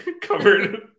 covered